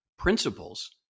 principles